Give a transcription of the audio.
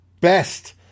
best